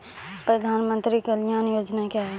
प्रधानमंत्री कल्याण योजना क्या हैं?